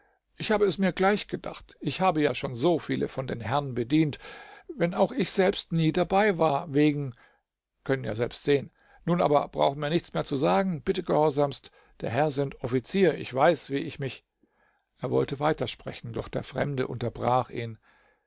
ich habe es mir gleich gedacht ich habe ja schon so viele von den herrn bedient wenn auch ich selbst nie dabei war wegen können ja selbst sehen nun aber brauchen mir nichts mehr zu sagen bitte gehorsamst der herr sind offizier ich weiß wie ich mich er wollte weiter sprechen doch der fremde unterbrach ihn